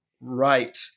Right